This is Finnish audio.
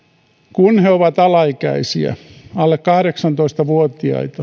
kun he ovat alaikäisiä alle kahdeksantoista vuotiaita